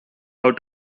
how